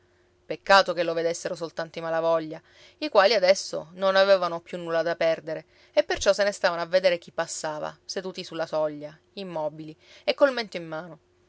peccato che lo vedessero soltanto i malavoglia i quali adesso non avevano più nulla da perdere e perciò se ne stavano a vedere chi passava seduti sulla soglia immobili e col mento in mano